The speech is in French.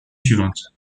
suivante